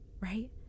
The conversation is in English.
right